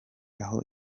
aho